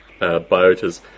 biotas